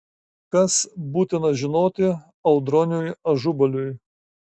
kas būtina žinoti audroniui ažubaliui